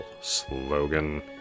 slogan